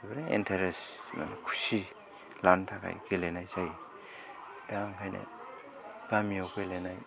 interest खुसि लानो थाखाय गेलेनाय जायो दा ओंखायनो गामियाव गेलेनाय